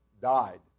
died